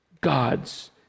God's